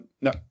No